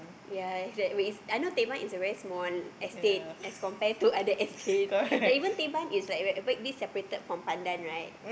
ya that way I know Teban is a very small estate as compare to other estate like even Teban is like where this separated from pandan right